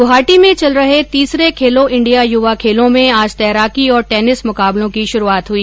गुवाहाटी में चल रहे तीसरे खेलो इंडिया युवा खेलों में आज तैराकी और टेनिस मुकाबलों की शुरुआत हुई